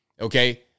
Okay